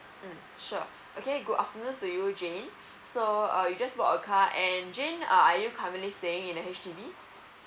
mm sure okay good afternoon to you jane so uh you just bought a car and jane uh are you currently staying in a H_D_B